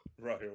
Right